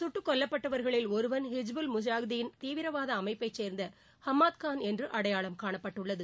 சுட்டுக் கொல்லப்பட்டவர்களில் ஒருவன் ஹிஸ்புல் முஜாஹிதீன் தீவிரவாத அமைப்பைச் சேர்ந்த ஹம்மாத் கான் என்று அடையாளம் காணப்பட்டுள்ளது